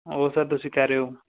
ਹੋਰ ਸਰ ਤੁਸੀਂ ਕਹਿ ਰਹੇ ਹੋ